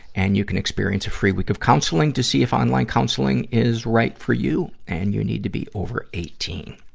and you can experience a free week of counseling to see if online counseling is right for you. and you need to be over eighteen.